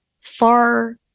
far